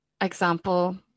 example